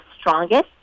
strongest